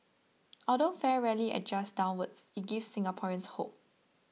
although fare rarely adjusts downwards it gives Singaporeans hope